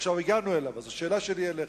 עכשיו הגענו אליו, אז השאלה שלי אליך: